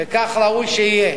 וכך ראוי שיהיה,